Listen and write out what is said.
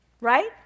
right